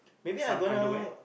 some underwear